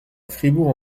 fribourg